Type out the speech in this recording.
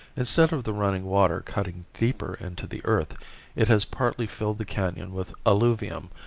instead of the running water cutting deeper into the earth it has partly filled the canon with alluvium,